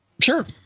Sure